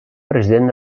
president